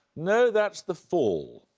no, that's the fall.